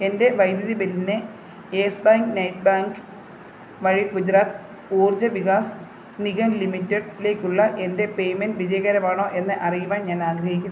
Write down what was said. എൻ്റെ വൈദ്യുതി ബില്ലിന് യെസ് ബാങ്ക് നെറ്റ് ബാങ്ക് വഴി ഗുജറാത്ത് ഊർജ വികാസ് നിഗം ലിമിറ്റഡ് ലേക്കുള്ള എൻ്റെ പേയ്മെൻ്റ് വിജയകരമാണോ എന്ന് അറിയുവാൻ ഞാൻ ആഗ്രഹിക്കുന്നു